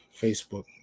Facebook